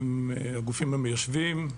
עם הגופים המיישבים.